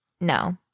No